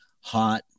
hot